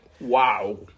Wow